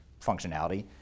functionality